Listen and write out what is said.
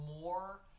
more